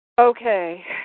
Okay